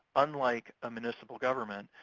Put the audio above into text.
unlike a municipal government,